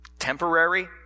temporary